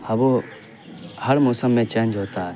آب و ہر موسم میں چینج ہوتا ہے